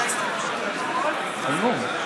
חברי